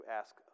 ask